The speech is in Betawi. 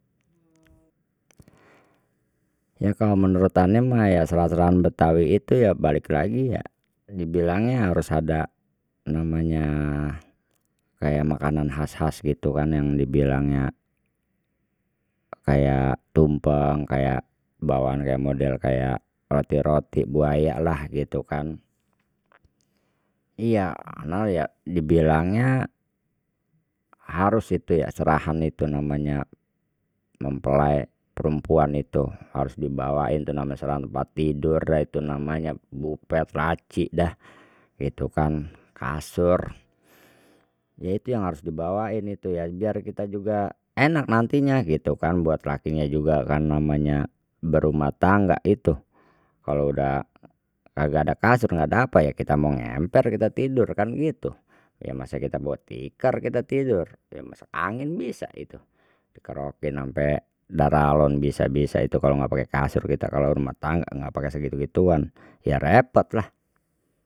Ya kalau menurut ane mah ya serah serahan betawi itu ya balik lagi ya dibilangnya harus ada namanya kayak makanan khas khas gitu kan yang dibilangnya kayak tumpeng kayak bawaan kayak model kayak roti roti buaya lah gitu kan iya dibilangnya harus itu ya serahan itu namanya mempelai perempuan itu harus dibawain itu namanya seorang tempat tidur yaitu namanya bufet laci dah gitu kan kasur, ya itu yang harus dibawain itu ya biar kita juga enak nantinya gitu kan, buat lakinya juga kan namanya berumah tangga ituh kalau udah kagak ada kasur nggak ada apa kita mau ngemper kita tidur kan gitu ya masa kan ya bawa tiker kita tidur ya masuk angin bisa itu dikerokin ampe daralon bisa bisa itu kalau nggak pake kasur kita kalau rumah tangga nggak pake segitu gituan ya repot lah.